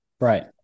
Right